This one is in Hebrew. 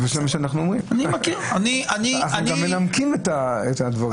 אנחנו גם מנמקים את הדברים.